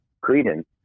credence